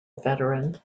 veteran